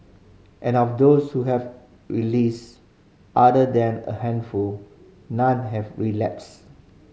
and of those who have released other than a handful none have relapsed